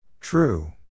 True